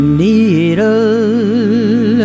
needle